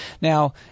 Now